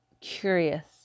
curious